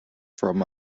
from